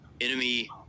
enemy